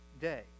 day